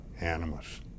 animus